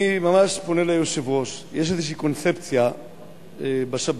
אני ממש פונה ליושב-ראש: יש איזושהי קונצפציה בשב"כ,